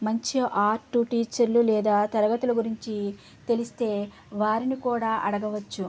మంచి ఆర్ట్ టీచర్లు లేదా తరగతుల గురించి తెలిస్తే వారిని కూడా అడగవచ్చు